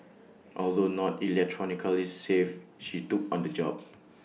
although not electronically savvy she took on the job